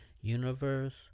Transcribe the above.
Universe